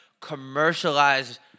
commercialized